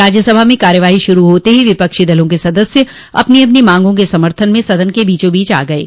राज्यसभा में कार्यवाही शुरू होते ही विपक्षी दलों के सदस्य अपनी अपनी मांगों के समर्थन में सदन के बीचोंबीच आ गये